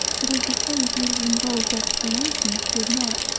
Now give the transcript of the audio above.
but as the phrase would have involved explanations, did not.